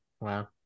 Wow